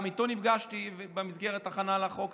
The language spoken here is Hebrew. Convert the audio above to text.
גם איתו נפגשתי במסגרת הכנת החוק,